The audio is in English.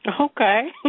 Okay